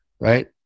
right